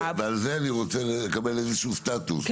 ועל זה אני רוצה לקבל איזה שהוא סטטוס,